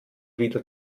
wieder